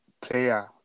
player